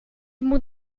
moet